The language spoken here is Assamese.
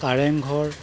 কাৰেংঘৰ